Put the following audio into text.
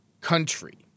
country